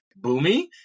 boomy